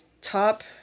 top